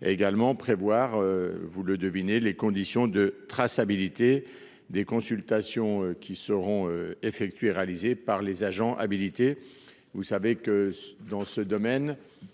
Également prévoir. Vous le devinez, les conditions de traçabilité des consultations qui seront effectués réalisé par les agents habilités. Vous savez que dans ce domaine.